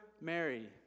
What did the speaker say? Mary